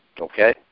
Okay